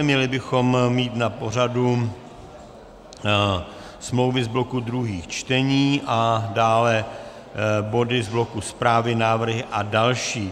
Měli bychom mít na pořadu smlouvy z bloku druhých čtení a dále body z bloku zprávy, návrhy a další.